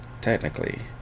technically